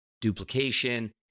duplication